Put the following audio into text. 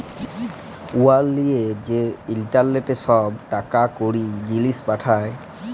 উয়ার লিয়ে যে ইলটারলেটে ছব টাকা কড়ি, জিলিস পাঠায়